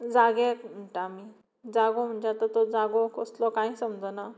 जाग्याक म्हणटा आमी जागो म्हणजे आतां तो जागो कसलो कांय समजना